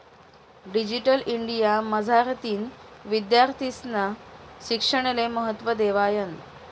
digital India मझारतीन विद्यार्थीस्ना शिक्षणले महत्त्व देवायनं